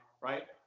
right